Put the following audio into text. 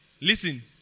listen